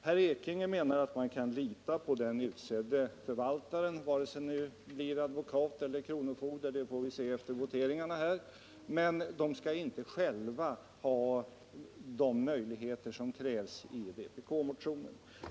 Bernt Ekinge menar att man kan lita på den utsedde förvaltaren, vare sig det nu blir en advokat eller en kronofogde — det får vi se efter voteringarna här — men att de anställda inte själva skall ha de möjligheter som krävsi vpk-motionen.